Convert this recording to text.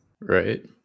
Right